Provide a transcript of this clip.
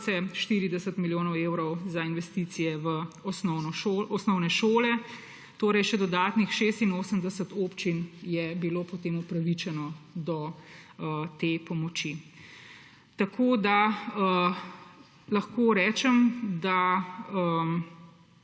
40 milijonov evrov za investicije v osnovne šole. Torej še dodatnih 86 občin je bilo potem upravičeno do te pomoči. Tako da lahko rečem, da